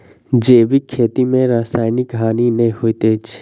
जैविक खेती में रासायनिक हानि नै होइत अछि